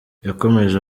yakomeje